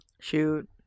Shoot